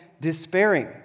despairing